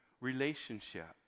relationship